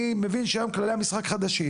אני מבין שהיום כללי המשחק חדשים.